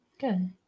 Good